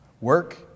work